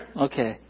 Okay